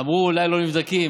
אמרו שאולי לא נבדקים.